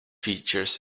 features